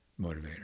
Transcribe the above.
motivator